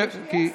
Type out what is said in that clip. יש לי עשר.